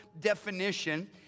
definition